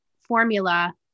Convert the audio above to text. formula